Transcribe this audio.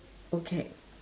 okay